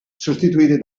sostituite